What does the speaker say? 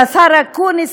של השר אקוניס,